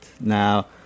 Now